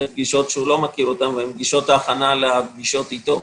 יש פגישות שהוא לא מכיר והן פגישות ההכנה לפגישות איתו.